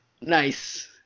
Nice